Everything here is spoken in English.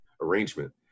arrangement